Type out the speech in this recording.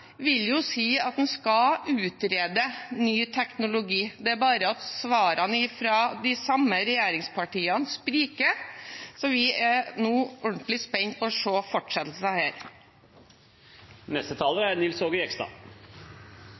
si at en skal utrede ny teknologi. Det er bare det at svarene fra de samme regjeringspartiene spriker, så vi er nå ordentlig spente på fortsettelsen her.